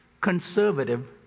conservative